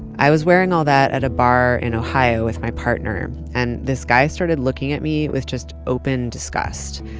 i was wearing all that, at bar in ohio with my partner, and this guy started looking at me with just open disgust.